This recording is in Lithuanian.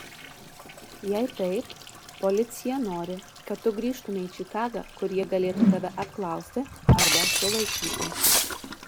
jei taip policija nori kad tu grįžtumei į čikagą kur jie galėtų tave apklausti arba sulaikyti